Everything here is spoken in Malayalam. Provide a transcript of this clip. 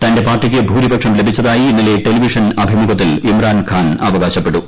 തന്റെ പാർട്ടിക്ക് ഭൂരിപക്ഷം ലഭിച്ചതായി ഇന്നലെ ടെലിവിഷൻ അഭിമുഖത്തിൽ ഇമ്രാൻ ഖാൻ അവകാശപ്പെട്ടു